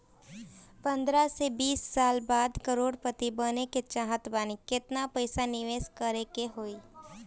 पंद्रह से बीस साल बाद करोड़ पति बने के चाहता बानी केतना पइसा निवेस करे के होई?